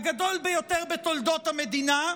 הגדול ביותר בתולדות המדינה.